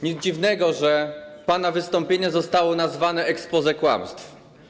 Nic dziwnego, że pana wystąpienie zostało nazwane exposé kłamstw.